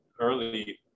early